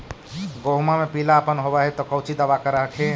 गोहुमा मे पिला अपन होबै ह तो कौची दबा कर हखिन?